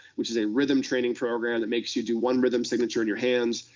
which is a rhythm training program that makes you do one rhythm signature in your hands,